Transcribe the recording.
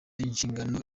inshingano